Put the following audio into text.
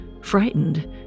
Frightened